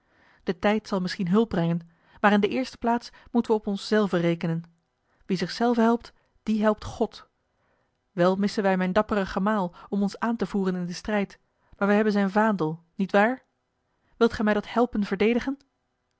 de tijd zal misschien hulp brengen maar in de eerste plaats moeten we op ons zelven rekenen wie zich zelven helpt dien helpt god wel missen wij mijn dapperen gemaal om ons aan te voeren in den strijd maar wij hebben zijn vaandel niet waar wilt gij mij dat helpen verdedigen